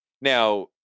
Now